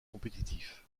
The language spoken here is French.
compétitif